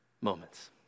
moments